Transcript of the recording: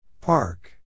Park